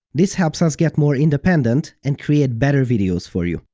this helps us get more independent and create better videos for you.